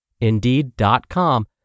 Indeed.com